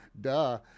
duh